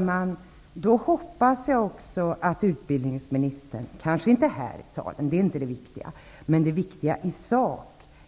Herr talman! Jag hoppas att utbildningsministern -- kanske inte här i kammaren, det är inte viktigt